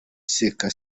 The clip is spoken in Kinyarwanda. seka